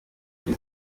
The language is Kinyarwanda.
mbi